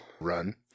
run